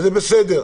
וזה בסדר.